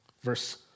verse